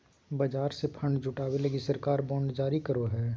बाजार से फण्ड जुटावे लगी सरकार बांड जारी करो हय